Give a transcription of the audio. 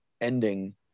ending